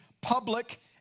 public